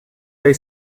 they